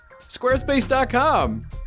Squarespace.com